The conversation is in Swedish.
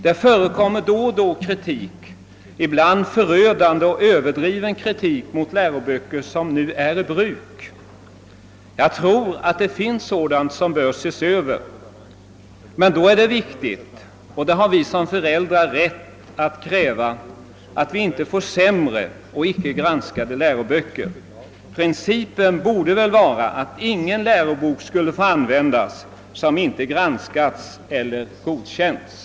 Det förekommer då och då kritik, ibland förödande och överdriven, mot läroböcker som nu är i bruk. Jag tror att det finns sådant som behöver ses över Men då är det viktigt — det har föräldrarna rätt att kräva — att vi inte får sämre och icke granskade läroböcker. Principen borde vara att ingen lärobok finge användas som inte granskats och godkänts.